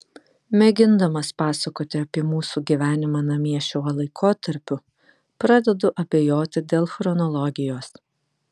mėgindamas pasakoti apie mūsų gyvenimą namie šiuo laikotarpiu pradedu abejoti dėl chronologijos